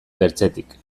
bertzetik